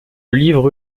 livre